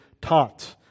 taught